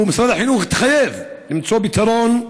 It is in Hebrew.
ומשרד החינוך התחייב למצוא פתרון.